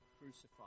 crucified